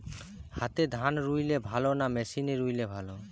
হাতে ধান রুইলে ভালো না মেশিনে রুইলে ভালো?